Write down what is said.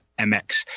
MX